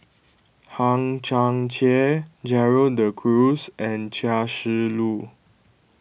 Hang Chang Chieh Gerald De Cruz and Chia Shi Lu